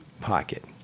pocket